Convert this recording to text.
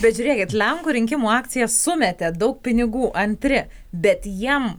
bet žiūrėkit lenkų rinkimų akcija sumetė daug pinigų antri bet jiem